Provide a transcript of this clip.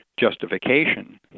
justification